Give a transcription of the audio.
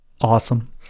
awesome